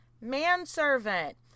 manservant